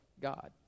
God